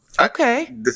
Okay